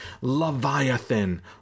leviathan